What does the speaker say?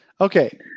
Okay